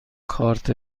کارت